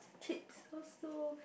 kids also